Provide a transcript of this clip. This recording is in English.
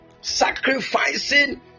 Sacrificing